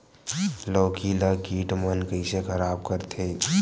लौकी ला कीट मन कइसे खराब करथे?